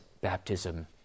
baptism